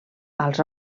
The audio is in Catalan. als